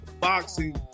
boxing